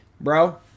bro